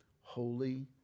holy